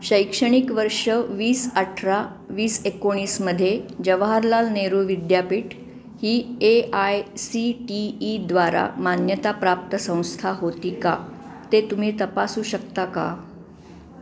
शैक्षणिक वर्ष वीस अठरा वीस एकोणीसमध्ये जवाहरलाल नेहरू विद्यापीठ ही ए आय सी टी ईद्वारा मान्यताप्राप्त संस्था होती का ते तुम्ही तपासू शकता का